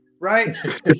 right